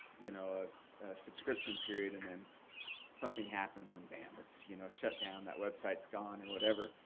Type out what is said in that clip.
you know subscription period and then something happens and bam, it's you know shut down, that website's gone or whatever.